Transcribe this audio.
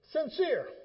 sincere